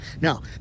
Now